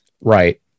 Right